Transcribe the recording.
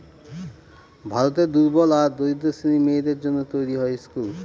ভারতের দুর্বল আর দরিদ্র শ্রেণীর মেয়েদের জন্য তৈরী হয় স্কুল